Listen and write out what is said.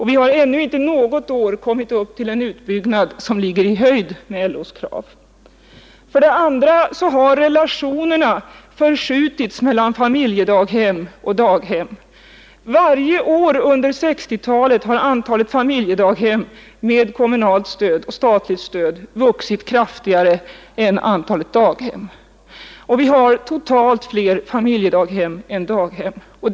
Vi har ännu inte något år kommit upp till en utbyggnad som ligger i höjd därmed. Vidare har relationerna förskjutits mellan familjedaghem och daghem. Varje år under 1960-talet har antalet familjedaghem med kommunalt och statligt stöd vuxit kraftigare än antalet daghem och vi har nu totalt fler familjedaghem än daghem.